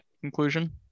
conclusion